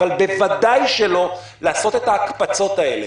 אבל ודאי שלא לעשות את ההקפצות האלה.